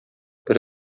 бер